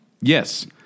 Yes